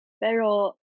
Pero